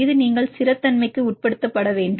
இது நீங்கள் ஸ்திரமின்மைக்கு உட்படுத்தப்பட வேண்டும்